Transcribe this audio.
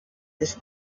ist